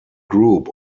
group